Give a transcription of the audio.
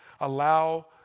allow